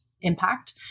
impact